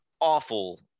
awful